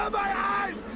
um my eyes!